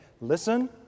listen